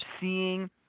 seeing